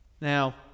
Now